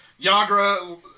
Yagra